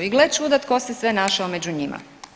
I gle čuda tko se sve našao među njima.